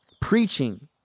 preaching